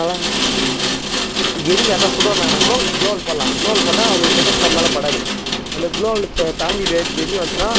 நல்லாயிருக்கும் இப்போ எனிமீ யாருன்னால் சுட வந்தாங்கன்னால் கூட க்ளோவ் வால் போடலாம் க்ளோவ் வால் போட்டால் அவனுங்கள் சுடுறத்து நம்ம மேலே படாது அந்த க்ளோவ் வாலை த தாண்டி வெட் வெளியே வந்துட்டன்னா